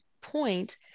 point